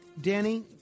Danny